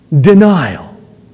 denial